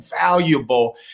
valuable